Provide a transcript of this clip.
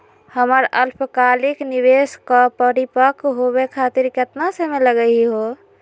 हमर अल्पकालिक निवेस क परिपक्व होवे खातिर केतना समय लगही हो?